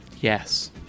Yes